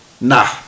nah